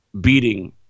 beating